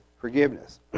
Forgiveness